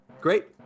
Great